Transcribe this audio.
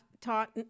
taught